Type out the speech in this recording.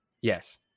Yes